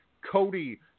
Cody